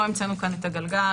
לא המצאנו את הגלגל.